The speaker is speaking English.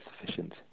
sufficient